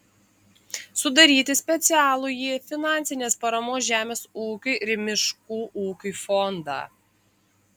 sudaryti specialųjį finansinės paramos žemės ūkiui ir miškų ūkiui fondą